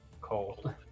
cold